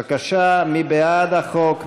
בבקשה, מי בעד החוק?